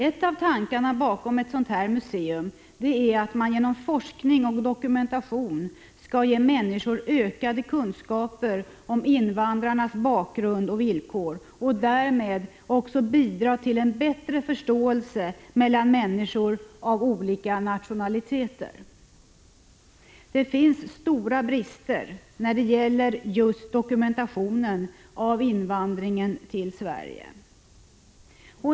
En av tankarna bakom ett sådant museum är att genom forskning och dokumentation ge människor ökade kunskaper om invandrarnas bakgrund och villkor och därmed bidra till en bättre förståelse mellan människor av olika nationaliteter. Det finns stora brister när det gäller just dokumentationen av invandringen till Sverige.